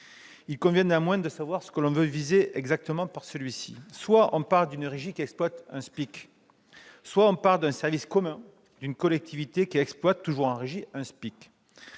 Il convient néanmoins de savoir ce qui est exactement visé. Soit l'on parle d'une régie qui exploite un SPIC ; soit l'on parle d'un service commun d'une collectivité qui exploite, toujours en régie, un SPIC.